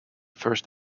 first